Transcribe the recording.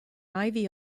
ivy